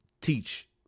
teach